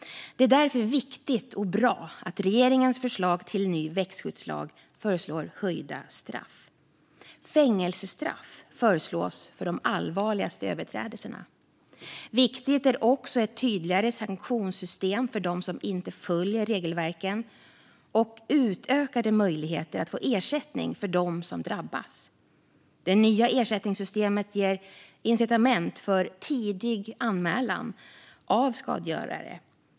Det är därför viktigt och bra att man i regeringens förslag till ny växtskyddslag föreslår höjda straff. Fängelsestraff föreslås för de allvarligaste överträdelserna. Viktigt är också ett tydligare sanktionssystem för dem som inte följer regelverken och utökade möjligheter att få ersättning för dem som drabbas. Det nya ersättningssystemet ger incitament för tidig anmälan av skadegörare.